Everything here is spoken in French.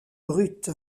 brut